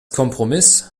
kompromiss